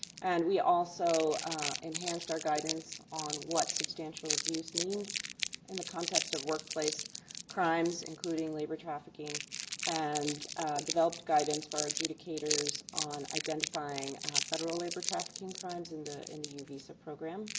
and we also enhanced our guidance on what substantial abuse means in the context of workplace crimes including labor trafficking and develop guidance for adjudicators on identifying federal labor trafficking crimes in the in the uv so program.